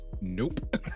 nope